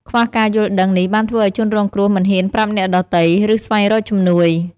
ខ្វះការយល់ដឹងនេះបានធ្វើឱ្យជនរងគ្រោះមិនហ៊ានប្រាប់អ្នកដទៃ ឬស្វែងរកជំនួយ។